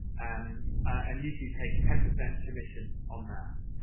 and and youtube takes ten percent of commission on that.